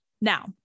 Now